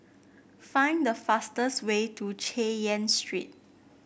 find the fastest way to Chay Yan Street